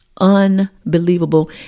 Unbelievable